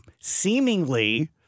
seemingly